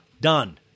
done